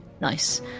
Nice